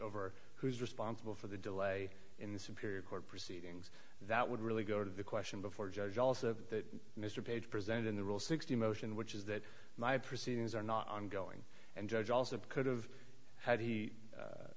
over who is responsible for the delay in the superior court proceedings that would really go to the question before judge also that mr page presented in the rule sixty motion which is that my proceedings are not ongoing and judge also of could've had